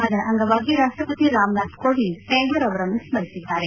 ಅದರ ಅಂಗವಾಗಿ ರಾಷ್ಷಪತಿ ರಾಮನಾಥ್ ಕೋವಿಂದ್ ಟ್ಲಾಗೂರ್ ಅವರನ್ನು ಸ್ಪರಿಸಿದ್ದಾರೆ